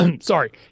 Sorry